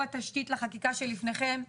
הוא התשתית לחקיקה שלפניכם,